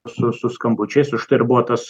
su su skambučiais užtai ir buvo tas